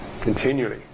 continually